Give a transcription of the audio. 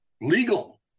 legal